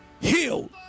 healed